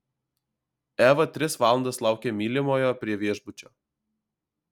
eva tris valandas laukė mylimojo prie viešbučio